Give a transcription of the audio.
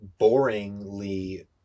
boringly